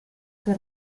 que